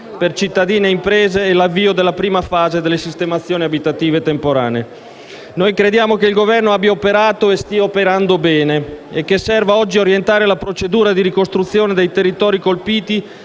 per cittadini e imprese, e l'avvio della prima fase delle sistemazioni abitative temporanee. Noi crediamo che il Governo abbia operato e stia operando bene e che serva oggi orientare la procedura di ricostruzione dei territori colpiti